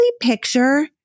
picture